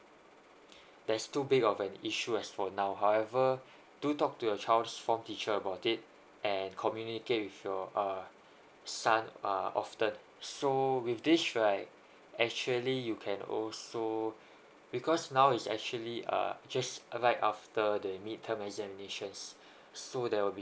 that's too big of an issue as for now however do talk to your child's form teacher about it and communicate with your uh son uh often so with this right actually you can also because now is actually uh just like after the mid term examinations so there will be